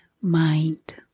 mind